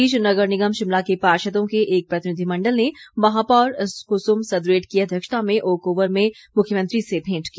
इस बीच नगर निगम शिमला के पार्षदों के एक प्रतिनिधिमण्डल ने महापौर कुसुम सदरेट की अध्यक्षता में ओक ओवर में मुख्यमंत्री से भेंट की